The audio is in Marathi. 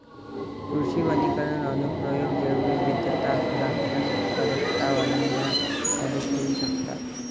कृषी वनीकरण अनुप्रयोग जैवविविधता राखण्यास, उत्पादकता वाढविण्यात मदत करू शकतात